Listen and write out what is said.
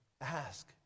Ask